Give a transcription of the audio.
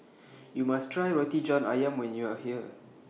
YOU must Try Roti John Ayam when YOU Are here